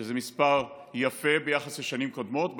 וזה מספר יפה ביחס לשנים קודמות,